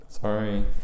Sorry